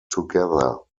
together